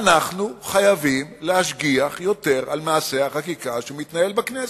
אנחנו חייבים להשגיח יותר על מעשה החקיקה שמתנהל בכנסת.